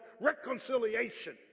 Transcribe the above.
reconciliation